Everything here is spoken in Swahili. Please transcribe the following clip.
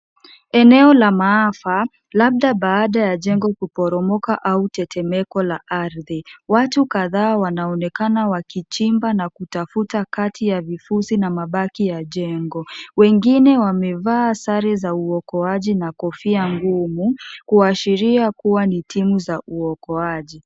Eneo la maafa, labda baada ya jengo kuporomoka, au tetemeko la ardhi. Watu kadhaa wanaonekana wakichimba na kutafuta kati ya vifusi na mabaki ya jengo, wengine wamevaa sare za uokoaji na kofia ngumu, kuashiria kuwa ni timu za uokoaji.